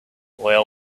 oil